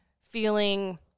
feeling